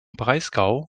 breisgau